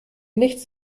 nichts